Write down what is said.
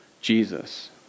Jesus